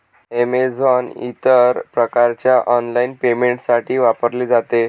Amazon इतर प्रकारच्या online पेमेंटसाठी वापरले जाते